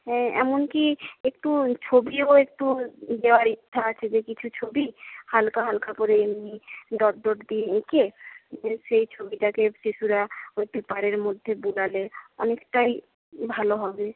হ্যাঁ এমনকি একটু ছবিও একটু দেওয়ার ইচ্ছা আছে যে কিছু ছবি হালকা হালকা করে এমনি ডট ডট দিয়ে এঁকে যে সেই ছবিটাকে শিশুরা ওই পেপারের মধ্যে বোলালে অনেকটাই ভালো হবে